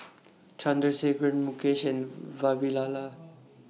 Chandrasekaran Mukesh and Vavilala